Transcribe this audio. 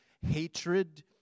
hatred